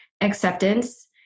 acceptance